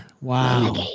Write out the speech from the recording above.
Wow